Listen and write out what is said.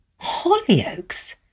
Hollyoaks